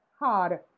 hard